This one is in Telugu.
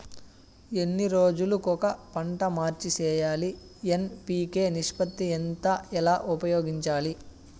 ఎన్ని రోజులు కొక పంట మార్చి సేయాలి ఎన్.పి.కె నిష్పత్తి ఎంత ఎలా ఉపయోగించాలి?